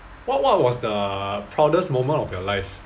what what was the proudest moment of your life